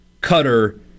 Cutter